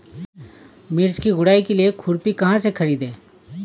मिर्च की गुड़ाई के लिए खुरपी कहाँ से ख़रीदे?